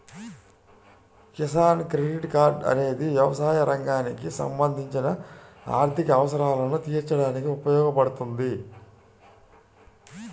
Kisan credit card అనేది వ్యవసాయ రంగానికి సంబంధించిన ఆర్థిక అవసరాలను తీర్చడానికి ఉపయోగపడుతుంది